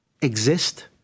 exist